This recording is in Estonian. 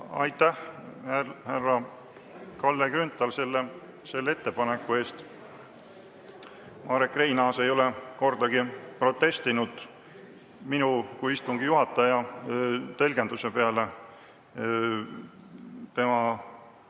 Aitäh, härra Kalle Grünthal selle ettepaneku eest! Marek Reinaas ei ole kordagi protestinud minu kui istungi juhataja tõlgenduse peale tema